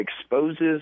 exposes